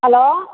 hello